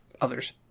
others